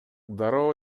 дароо